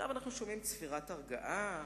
עכשיו אנחנו שומעים, צפירת הרגעה,